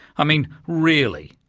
i mean really,